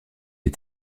les